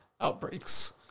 outbreaks